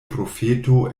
profeto